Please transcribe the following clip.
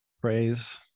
praise